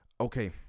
okay